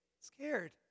scared